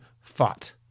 fought